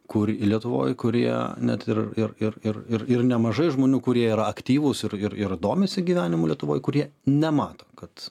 kur lietuvoj kurie net ir ir ir ir ir nemažai žmonių kurie yra aktyvūs ir ir domisi gyvenimu lietuvoj kurie nemato kad